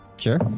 Sure